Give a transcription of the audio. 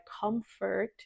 comfort